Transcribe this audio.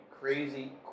crazy